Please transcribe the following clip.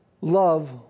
Love